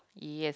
yes